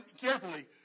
carefully